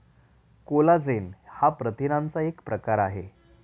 collagen हा प्रथिनांचा एक प्रकार आहे